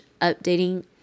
updating